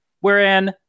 Wherein